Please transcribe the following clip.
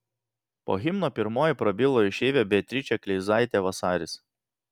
po himno pirmoji prabilo išeivė beatričė kleizaitė vasaris